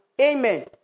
amen